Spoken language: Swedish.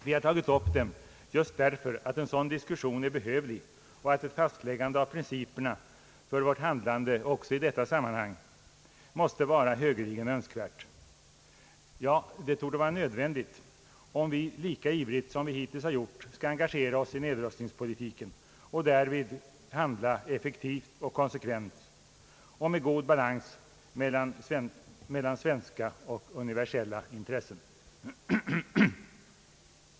Vi har tagit upp dem just därför att en sådan diskussion är behövlig och att ett fastläggande av principerna för vårt handlande också i detta sammanhang måste vara högeligen önskvärt. Ja, det torde vara nödvändigt, om vi lika ivrigt som vi hittills har gjort skall engagera oss i nedrustningspolitiken och därvid handla effektivt och konsekvent och med god balans mellan svenska och universella intressen.